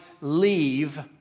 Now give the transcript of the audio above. leave